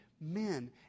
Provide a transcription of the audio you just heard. men